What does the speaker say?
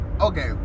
Okay